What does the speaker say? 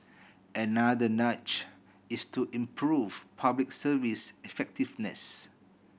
another nudge is to improve Public Service effectiveness